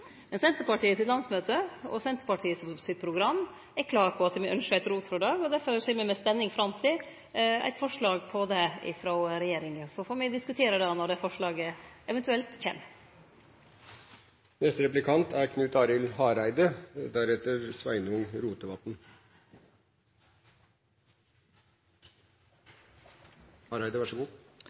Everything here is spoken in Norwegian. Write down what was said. Men Senterpartiets landsmøte og Senterpartiets program er klare på at me ynskjer eit ROT-frådrag. Derfor ser me med spenning fram til eit forslag om dette frå regjeringa. Så får me diskutere forslaget når det eventuelt kjem. Eg synest det er